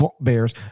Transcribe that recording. bears